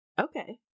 Okay